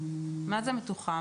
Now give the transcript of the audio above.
מה זה "מתוחם"?